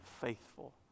faithful